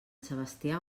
sebastià